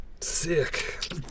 sick